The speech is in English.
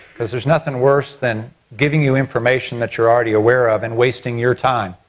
because there's nothing worse than giving you information that you're already aware of and wasting your time.